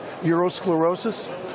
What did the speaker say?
eurosclerosis